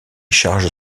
charges